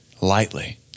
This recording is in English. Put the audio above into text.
lightly